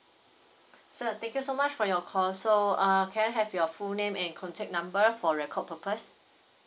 sir thank you so much for your call so err can I have your full name and contact number for record purpose